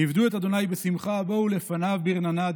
עבדו את ה' בשמחה בֺּאו לפניו ברננה.